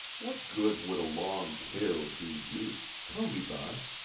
what good would a long tail do you? tell me that.